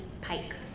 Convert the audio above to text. Pike